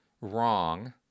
wrong